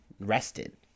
rested